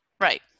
Right